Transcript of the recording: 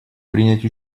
принять